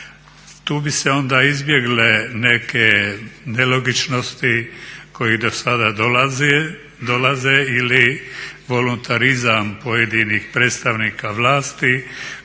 Tu bi se onda izbjegle neke nelogičnosti do kojih sad dolaze ili volontarizam pojedinih predstavnika vlasti